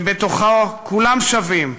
ושבתוכו כולם שווים,